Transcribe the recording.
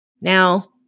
Now